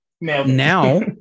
now